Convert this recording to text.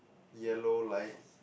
yellow lights